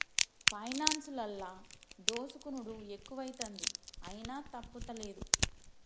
పైనాన్సులల్ల దోసుకునుడు ఎక్కువైతంది, అయినా తప్పుతలేదు